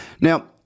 Now